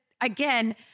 again